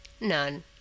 None